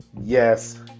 Yes